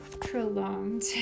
prolonged